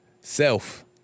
self